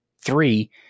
Three